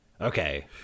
Okay